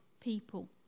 people